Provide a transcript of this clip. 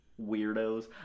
Weirdos